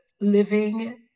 living